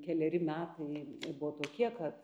keleri metai buvo tokie kad